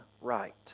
right